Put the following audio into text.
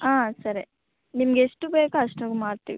ಹಾಂ ಸರಿ ನಿಮಗೆಷ್ಟು ಬೇಕು ಅಷ್ಟಕ್ ಮಾಡ್ತೀವಿ